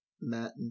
Matt